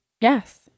Yes